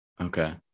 Okay